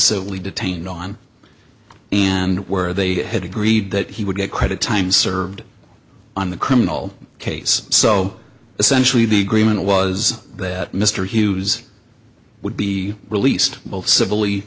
detained on and where they had agreed that he would get credit time served on the criminal case so essentially the agreement was that mr hughes would be released both civil